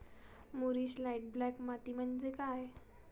मूरिश light black माती म्हणजे काय?